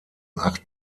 acht